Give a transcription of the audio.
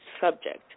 subject